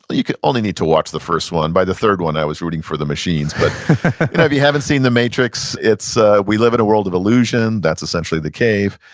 you only need to watch the first one. by the third one i was rooting for the machines, but if you haven't seen the matrix, ah we live in a world of illusion. that's essentially the cave,